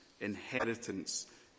inheritance